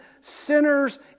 sinners